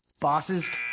Bosses